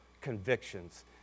convictions